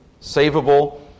savable